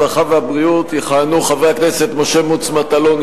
הרווחה והבריאות יכהנו חברי הכנסת משה מטלון,